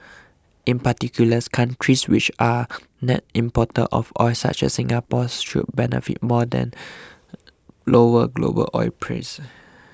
in particular countries which are net importers of oil such as Singapore should benefit more then lower global oil prices